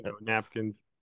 napkins